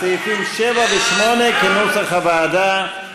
סעיפים 7 ו-8, כנוסח הוועדה.